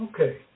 Okay